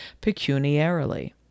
pecuniarily